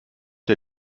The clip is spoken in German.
der